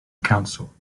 council